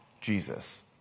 Jesus